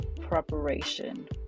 preparation